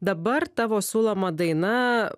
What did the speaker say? dabar tavo siūloma daina